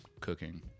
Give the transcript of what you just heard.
cooking